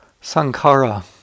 Sankara